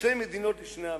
לשתי מדינות לשני עמים.